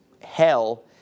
hell